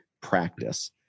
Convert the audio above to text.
practice